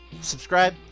subscribe